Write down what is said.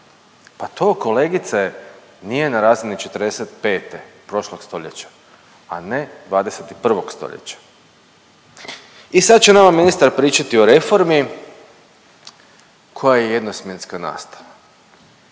pa to kolegice nije na razini '45. prošlog stoljeća, a ne 21. stoljeća. I sad će nama ministar pričati o reformi koja je jednosmjenska nastava.